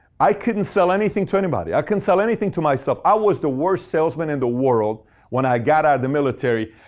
i couldn't sell anything to anybody. i couldn't sell anything to myself. i was the worst salesman in the world when i got out the military.